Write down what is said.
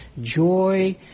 joy